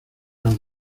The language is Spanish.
han